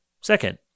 Second